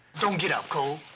don't get up, cole.